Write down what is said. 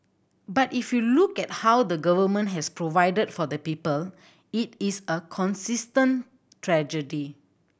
but if you look at how the Government has provided for the people it is a consistent strategy